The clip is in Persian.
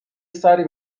سری